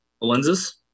Lenses